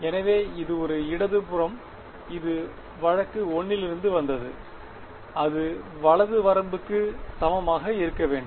எனவே இது ஒரு இடது புறம் இது வழக்கு 1 இலிருந்து வந்தது அது வலது வரம்புக்கு சமமாக இருக்க வேண்டும்